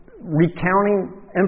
recounting